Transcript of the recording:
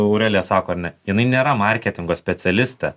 aurelija sako ar ne jinai nėra marketingo specialistė